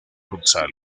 futsal